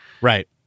Right